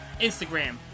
Instagram